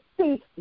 see